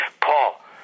Paul